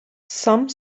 some